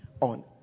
on